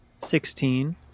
Sixteen